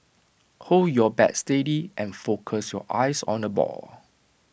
hold your bat steady and focus your eyes on the ball